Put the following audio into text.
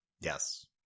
Yes